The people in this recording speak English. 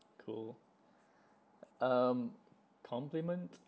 cool um compliment